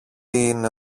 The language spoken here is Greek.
είναι